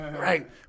Right